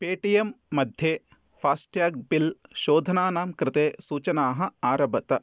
पेटियं मध्ये FASTag bill शोधनानां कृते सूचनाः आरभत